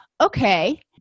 okay